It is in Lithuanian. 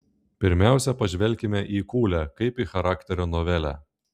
pirmiausia pažvelkime į kūlę kaip į charakterio novelę